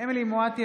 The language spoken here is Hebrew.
אמילי חיה מואטי,